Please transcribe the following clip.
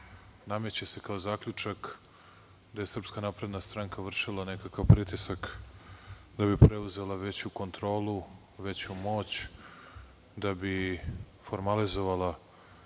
nameće se kao zaključak da je SNS vršila nekakav pritisak da bi preuzela veću kontrolu, veću moć, da bi formalizovala